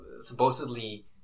supposedly